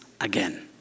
again